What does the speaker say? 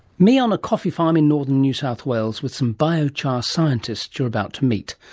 me on a coffee farm in northern new south wales with some biochar scientists you are about to meet,